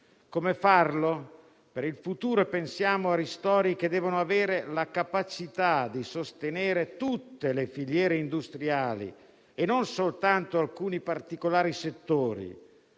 Come farlo? Per il futuro pensiamo a ristori che abbiano la capacità di sostenere tutte le filiere industriali e non soltanto alcuni particolari settori.